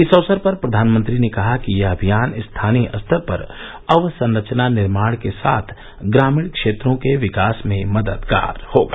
इस अवसर पर प्रधानमंत्री ने कहा कि यह अभियान स्थानीय स्तर पर अवसंरचना निर्माण के साथ ग्रामीण क्षेत्रों के विकास में मददगार होगा